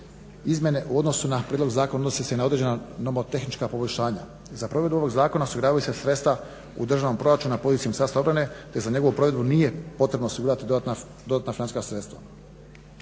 izmjene u odnosu na prijedlog zakona odnose se na određena nomotehnička poboljšanja. Za provedbu ovog zakona osiguravaju se sredstva u državnom proračunu na poziciji Ministarstva obrane te za njegovu provedbu nije potrebno osigurati dodatna financijska sredstva.